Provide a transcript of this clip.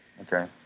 Okay